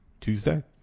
Tuesday